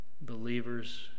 believers